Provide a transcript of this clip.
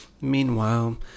meanwhile